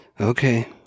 Okay